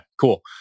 cool